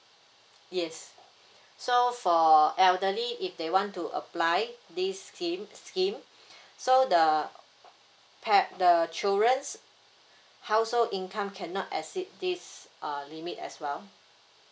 yes so for elderly if they want to apply this scheme scheme so the par~ the children's household income cannot exceed this err limit as well